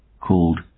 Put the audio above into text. called